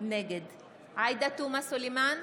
נגד עאידה תומא סלימאן,